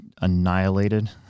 annihilated